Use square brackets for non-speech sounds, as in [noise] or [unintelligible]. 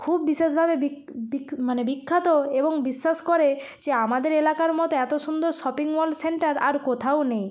খুব বিশেষভাবে বিখ বিখ [unintelligible] মানে বিখ্যাত এবং বিশ্বাস করে যে আমাদের এলাকার মতো এত সুন্দর শপিং মল সেন্টার আর কোথাও নেই